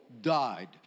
died